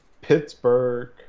Pittsburgh